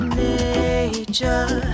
nature